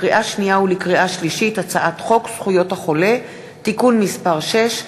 לקריאה שנייה ולקריאה שלישית: הצעת חוק זכויות החולה (תיקון מס' 6),